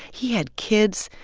he had kids,